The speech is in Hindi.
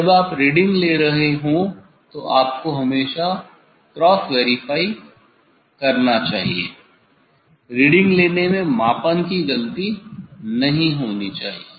जब आप रीडिंग ले रहे हों तो आपको हमेशा क्रॉस वेरीफाई करना चाहिए रीडिंग लेने में मापन की गलती नहीं होनी चाहिए